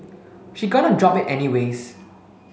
she gonna drop it anyways